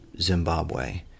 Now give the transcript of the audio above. Zimbabwe